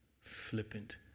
flippant